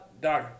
Dog